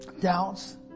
doubts